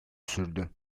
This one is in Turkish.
sürdü